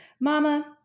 Mama